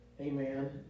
Amen